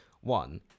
one